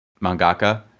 mangaka